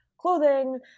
clothing